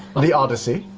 the odyssey.